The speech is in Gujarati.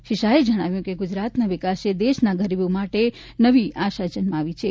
શ્રી શાહે જણાવ્યું કે ગુજરાતના વિકાસે દેશના ગરીબો માટે નવી આશા જમાવી છે